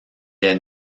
est